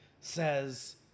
says